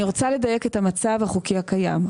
אני רוצה לדייק את המצב החוקי הקיים.